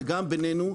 וגם ביננו,